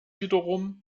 wiederum